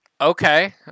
Okay